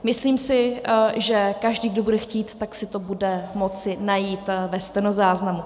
Myslím si, že každý, kdo bude chtít, tak si to bude moci najít ve stenozáznamu.